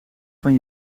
van